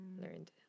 Learned